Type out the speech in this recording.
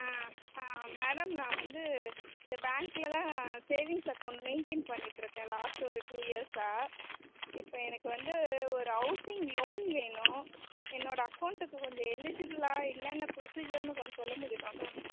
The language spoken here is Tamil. ஆ ஆ மேடம் நான் வந்து இந்த பேங்க்கில்தான் சேவிங்ஸ் அக்கௌண்ட் மெயிண்ட்டெயின் பண்ணிகிட்டுருக்கேன் லாஸ்ட் ஒரு டூ இயர்ஸாக இப்போ எனக்கு வந்து ஒரு அவுசிங் லோன் வேணும் என்னோடய அக்கவுண்ட்டுக்கு கொஞ்சம் எலிஜிபிளா என்னென்ன ப்ரொசிஜர்னு கொஞ்சம் சொல்ல முடியுமா மேம்